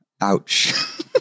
Ouch